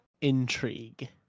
intrigue